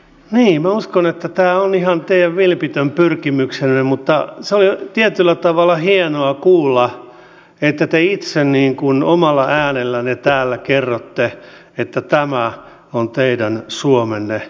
niin minä uskon että tämä on ihan teidän vilpitön pyrkimyksenne mutta se oli tietyllä tavalla hienoa kuulla että te itse niin kuin omalla äänellänne täällä kerrotte että tämä on teidän suomenne